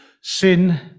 sin